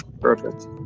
Perfect